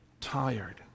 tired